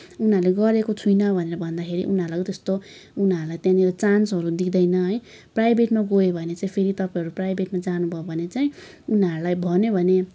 उनीहरूले गरेको छुइनँ भनेर उनीहरूलाई त्यस्तो उनीहरूलाई त्यहाँनिर चान्सहरू दिँदैन है प्राइभेटमा गयो भने चाहिँ फेरि तपाईँहरू प्राइभेटमा जानुभयो भने चाहिँ उनीहरूलाई भन्यो भने